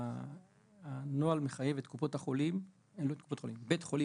הנוהל מחייב בית חולים,